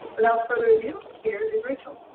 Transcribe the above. without further ado, here is raechel.